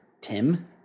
Tim